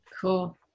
cool